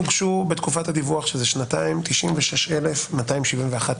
הוגשו בתקופת הדיווח של שנתיים כ-96,271 תיקים.